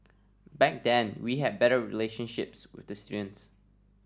back then we had better relationships with the students